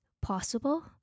possible